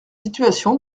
situation